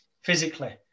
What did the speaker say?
physically